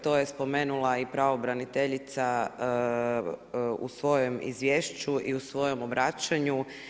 To je spomenula i pravobraniteljica u svojem izvješću i u svojem obraćanju.